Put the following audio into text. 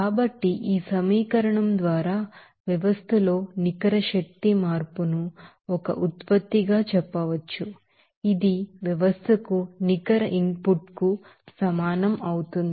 కాబట్టి ఈ సమీకరణం ద్వారా వ్యవస్థలో నికర శక్తి మార్పు ను ఒక ఉత్పత్తిగా చెప్పవచ్చు ఇది వ్యవస్థకు నికర ఇన్ పుట్ కు సమానం అవుతుంది